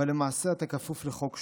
אבל למעשה אתה כפוף לחוק שונה: